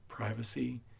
privacy